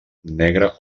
negra